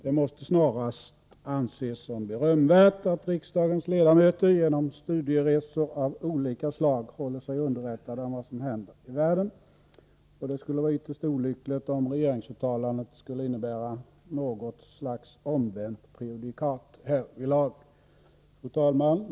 Det måste snarast anses som berömvärt att riksdagens ledamöter genom studieresor av olika slag håller sig underrättade om vad som händer i världen. Det skulle vara ytterst olyckligt, om regeringsuttalandet skulle innebära något slags omvänt prejudikat härvidlag. Fru talman!